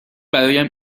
برایم